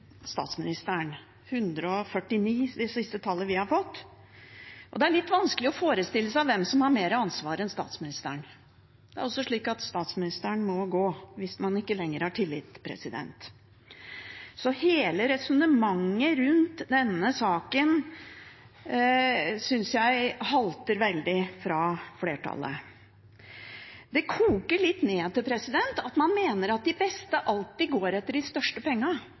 statsministeren – 149 er det siste tallet vi har fått. Det er litt vanskelig å forestille seg hvem som har mer ansvar enn statsministeren. Det er også slik at statsministeren må gå hvis man ikke lenger har tillit. Hele resonnementet fra flertallet rundt denne saken synes jeg halter veldig. Det koker litt ned til at man mener at de beste alltid går etter de største pengene,